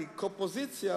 כי כ"קופוזיציה",